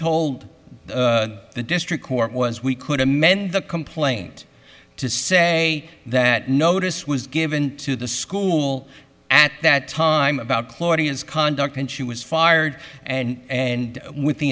told the district court was we could amend the complaint to say that notice was given to the school at that time about claudia's conduct and she was fired and and with the